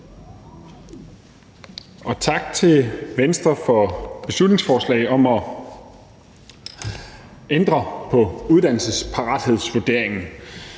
Og tak til Venstre for beslutningsforslaget om at ændre på uddannelsesparathedsvurderingen.